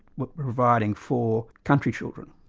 were providing for country children.